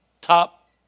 top